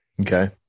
Okay